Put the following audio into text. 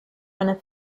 eine